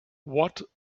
what